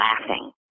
laughing